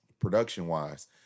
production-wise